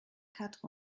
quatre